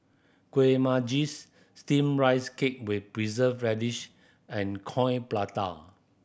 Kuih Manggis Steamed Rice Cake with Preserved Radish and Coin Prata